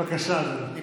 בבקשה, אדוני.